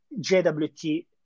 JWT